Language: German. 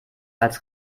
als